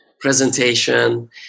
presentation